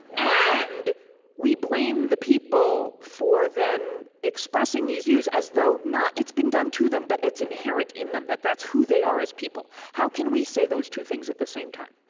and we blame the people for then expressing these views, as though not it's been done to them, but it's inherent in them, that that's who they are as people. how can we say those two things at the same time?